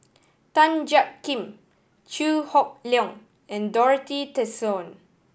Tan Jiak Kim Chew Hock Leong and Dorothy Tessensohn